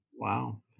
Wow